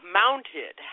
mounted